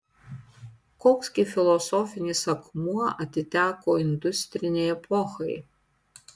koks gi filosofinis akmuo atiteko industrinei epochai